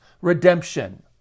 redemption